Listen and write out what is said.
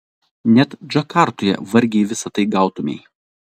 net džakartoje vargiai visa tai gautumei